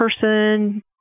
person